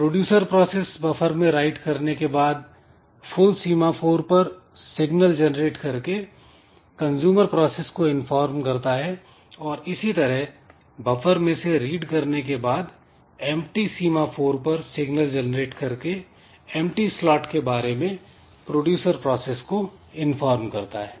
producer process buffer में write करने के बाद फुल सीमा फोर पर सिगनल जेनरेट करके कंजूमर प्रोसेस को इनफॉर्म करता है और इसी तरह बफर में से रीड करने के बाद empty सीमाफोर पर सिग्नल जनरेट करके empty स्लॉट के बारे में प्रोड्यूसर प्रोसेस को इनफॉर्म करता है